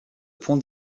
ponts